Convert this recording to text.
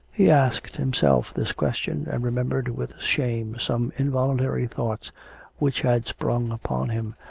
he asked himself this question, and remembered with shame some involuntary thoughts which had sprung upon him,